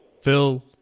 Phil